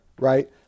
right